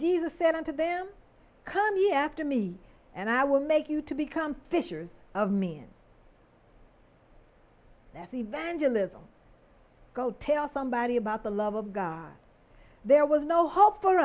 jesus said unto them come ye after me and i will make you to become fishers of men that evangelists go tell somebody about the love of god there was no hope for